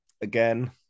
again